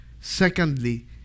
Secondly